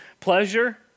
pleasure